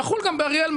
יחול גם באריאל,